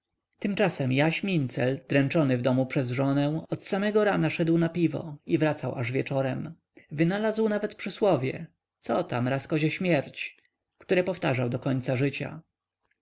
tymczasem jaś mincel dręczony w domu przez żonę od samego rana szedł na piwo i wracał aż wieczorem wynalazł nawet przysłowie co tam raz kozie śmierć które powtarzał do końca życia